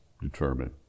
determine